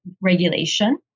regulation